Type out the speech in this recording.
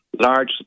large